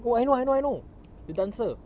oh I know I know I know the dancer